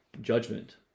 judgment